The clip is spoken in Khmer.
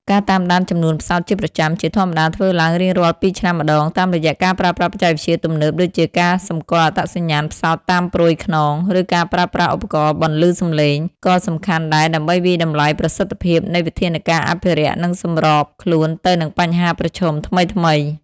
ការតាមដានចំនួនផ្សោតជាប្រចាំ ជាធម្មតាធ្វើឡើងរៀងរាល់ពីរឆ្នាំម្តង តាមរយៈការប្រើប្រាស់បច្ចេកវិទ្យាទំនើបដូចជាការសម្គាល់អត្តសញ្ញាណផ្សោតតាមព្រុយខ្នង ឬការប្រើប្រាស់ឧបករណ៍បន្លឺសម្លេង ក៏សំខាន់ដែរដើម្បីវាយតម្លៃប្រសិទ្ធភាពនៃវិធានការអភិរក្ស និងសម្របខ្លួនទៅនឹងបញ្ហាប្រឈមថ្មីៗ។